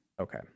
Okay